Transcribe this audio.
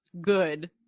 good